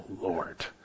Lord